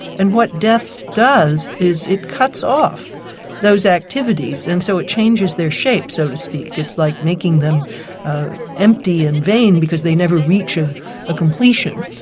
and what death does is, it cuts off those activities and so it changes their shape so to speak, it's like making them empty and vain because they never reach a completion,